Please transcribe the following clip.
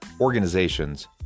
organizations